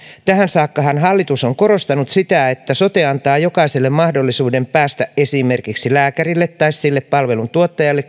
tähän saakkahan hallitus on korostanut sitä että sote antaa jokaiselle mahdollisuuden päästä esimerkiksi lääkärille tai sille palveluntuottajalle